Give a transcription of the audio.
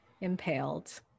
impaled